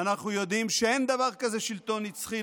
ואנחנו יודעים שאין דבר כזה שלטון נצחי,